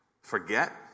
Forget